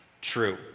true